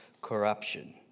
corruption